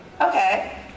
okay